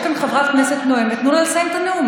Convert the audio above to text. יש כאן חברת כנסת נואמת, תנו לה לסיים את הנאום.